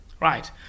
right